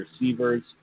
receivers